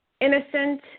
innocent